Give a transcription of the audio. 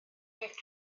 fydd